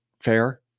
fair